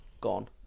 gone